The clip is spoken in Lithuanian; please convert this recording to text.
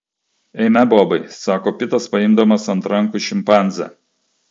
eime bobai sako pitas paimdamas ant rankų šimpanzę